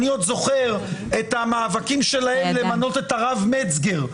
אני עוד זוכר את המאבקים שלהם למנות את הרב יונה מצגר,